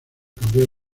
cambiar